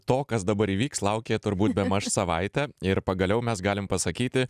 to kas dabar įvyks laukė turbūt bemaž savaitę ir pagaliau mes galim pasakyti